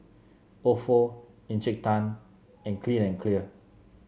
ofo Encik Tan and Clean and Clear